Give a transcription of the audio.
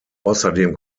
außerdem